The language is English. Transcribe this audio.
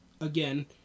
again